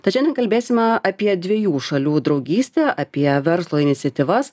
tad šiandien kalbėsime apie dviejų šalių draugystę apie verslo iniciatyvas